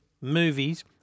movies